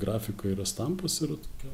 grafika ir estampas yra tokia